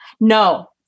No